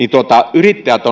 yrittäjät